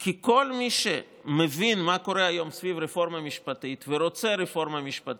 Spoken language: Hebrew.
כי כל מי שמבין מה קורה היום סביב הרפורמה המשפטית ורוצה רפורמה משפטית,